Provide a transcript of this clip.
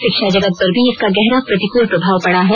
शिक्षा जगत पर भी इसका गहरा प्रतिकूल प्रभाव पड़ा है